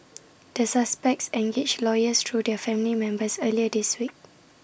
the suspects engaged lawyers through their family members earlier this week